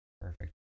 Perfect